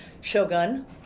Shogun